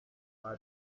发展